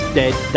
dead